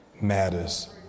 matters